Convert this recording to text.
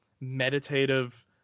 meditative